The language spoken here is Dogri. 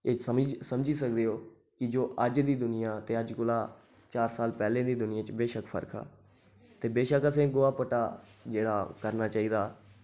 एह् समझी सकदे ओ कि जो अज्ज दी दुनिया ते अज्ज कोला चार साल पैह्लें दी दुनिया बशक्क फर्क हा ते बशक्क असें गोहा पट्टा जेह्ड़ा करना चाहिदा